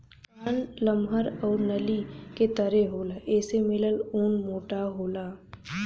कान लमहर आउर नली के तरे होला एसे मिलल ऊन मोटा होला